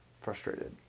frustrated